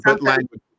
language